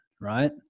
right